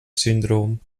syndrom